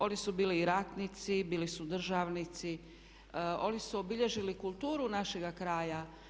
Oni su bili i ratnici, bili su državnici, oni su obilježili kulturu našega kraja.